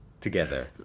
together